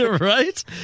Right